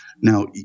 Now